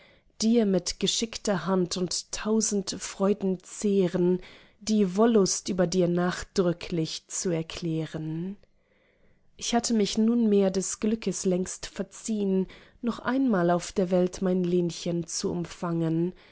dir mit geschickter hand und tausend freudenzähren die wollust über dir nachdrücklich zu erklären ich hatte mich nunmehr des glückes längst verziehn noch einmal auf der welt mein lenchen zu umfangen